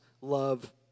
love